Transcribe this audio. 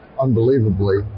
unbelievably